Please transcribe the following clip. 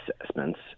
assessments